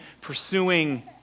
pursuing